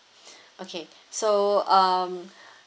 okay so um